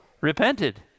repented